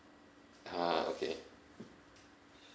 ah okay